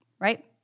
Right